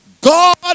God